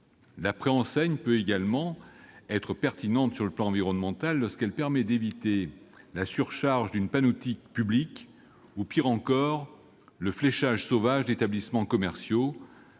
La préenseigne peut également être pertinente d'un point de vue environnemental, lorsqu'elle permet d'éviter la surcharge d'une panneautique publique ou, pis encore, le fléchage sauvage d'établissements commerciaux